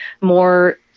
more